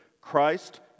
Christ